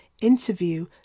interview